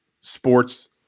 sports